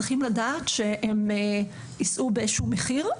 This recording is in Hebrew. צריכים לדעת שהם יישאו באיזשהו מחיר.